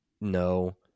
No